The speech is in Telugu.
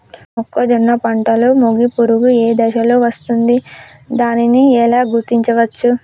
మొక్కజొన్న పంటలో మొగి పురుగు ఏ దశలో వస్తుంది? దానిని ఎలా గుర్తించవచ్చు?